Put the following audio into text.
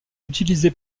utilisé